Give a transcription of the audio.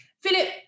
Philip